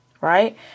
Right